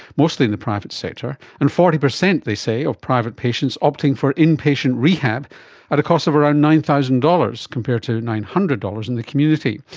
mostly in the private sector, and forty percent they say of private patients opting for inpatient rehab at the cost of around nine thousand dollars compared to nine hundred dollars in the community.